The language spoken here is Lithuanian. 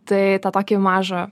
tai tą tokį mažą